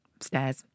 Stairs